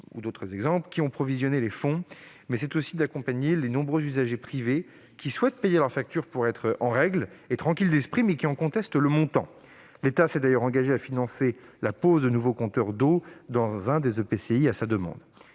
ou les lycées, qui ont provisionné les fonds, mais aussi d'accompagner les nombreux usagers privés, qui souhaitent payer leur facture pour se mettre en règle et être tranquille d'esprit, mais qui en contestent le montant. L'État s'est d'ailleurs engagé à financer la pose de nouveaux compteurs d'eau dans l'un des EPCI, à sa demande.